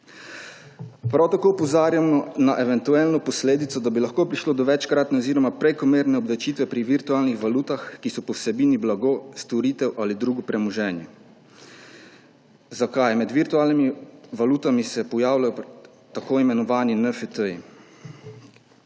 Prav tako opozarjamo na eventualno posledico, da bi lahko prišlo do večkratne oziroma prekomerne obdavčitve pri virtualnih valutah, ki so po vsebini blago, storitev ali drugo premoženje. Zakaj? Med virtualnimi valutami se pojavljajo tako imenovani NFT-ji,